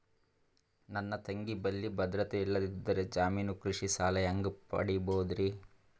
ನನ್ನ ತಂಗಿ ಬಲ್ಲಿ ಭದ್ರತೆ ಇಲ್ಲದಿದ್ದರ, ಜಾಮೀನು ಕೃಷಿ ಸಾಲ ಹೆಂಗ ಪಡಿಬೋದರಿ?